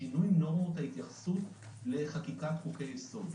בשינוי נורמות ההתייחסות לחקיקת חוקי-יסוד.